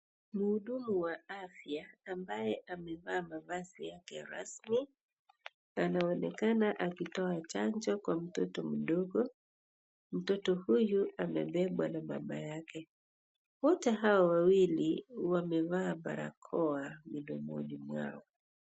Muhudumu wa afya ambaye amevaa mavazi yake ya rasmi anaonekana akitoa chanjo kwa mtoto mdogo mtoto huyu amebebwa na mama yake wote hao wawili wamevaa barakoa mdomoni mwao.